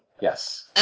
yes